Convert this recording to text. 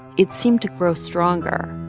it seemed to grow stronger.